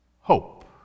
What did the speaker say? Hope